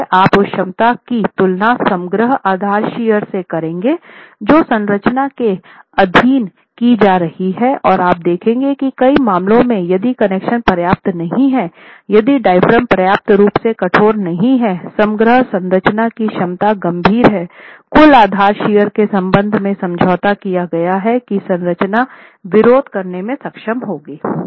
इसलिए आप उस क्षमता की तुलना समग्र आधार शियर से करेंगे जो संरचना के अधीन की जा रही है और आप देखेंगे कि कई मामलों में यदि कनेक्शन पर्याप्त नहीं हैं यदि डायाफ्राम पर्याप्त रूप से कठोर नहीं है समग्र संरचना की क्षमता गंभीर है कुल आधार शियर के संबंध में समझौता किया गया है कि संरचना विरोध करने में सक्षम होगी